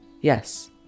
Yes